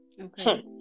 Okay